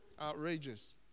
Outrageous